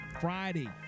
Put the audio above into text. Friday